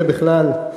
זה בכלל.